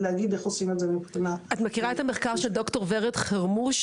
את מכירה את המחקר של ד"ר ורד חרמוש,